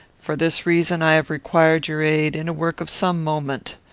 for this reason i have required your aid, in a work of some moment.